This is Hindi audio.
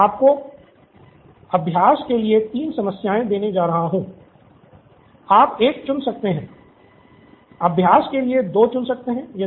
मैं आपको अभ्यास के लिए तीन समस्याएं देने जा रहा हूं आप एक चुन सकते हैं अभ्यास के लिए दो चुन सकते हैं